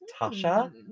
Tasha